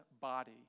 body